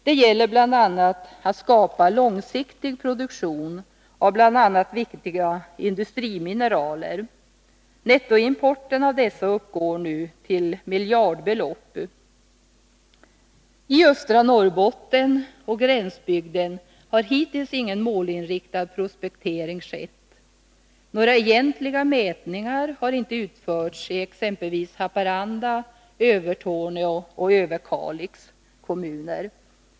Det gäller bl.a. att skapa långsiktig produktion av viktiga industriminera ler. Nettoimporten av dessa uppgår nu till miljardbelopp. I östra Norrbotten och gränsbygden har hittills ingen målinriktad prospektering skett. Några egentliga mätningar har inte utförts i exempelvis Haparanda, Övertorneå och Överkalix kommuner.